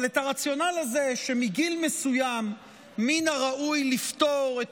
אבל את הרציונל הזה שמגיל מסוים מן הראוי לפטור את